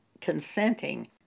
consenting